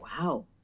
wow